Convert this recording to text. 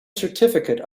certificate